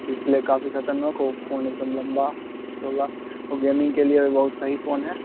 display काफ़ी खतरनाक हो फ़ोन एकदम लम्बा चौड़ा और गेमिंग के लिए बहुत सही फ़ोन है